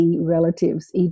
relatives